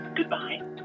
Goodbye